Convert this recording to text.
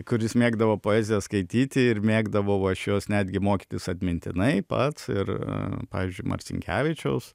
kuris mėgdavo poeziją skaityti ir mėgdavau aš jos netgi mokytis atmintinai pats ir pavyzdžiui marcinkevičiaus